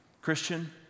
christian